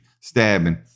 stabbing